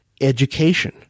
education